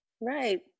Right